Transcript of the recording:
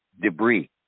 debris